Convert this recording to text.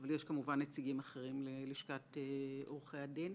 אבל יש, כמובן, נציגים אחרים ללשכת עורכי הדין.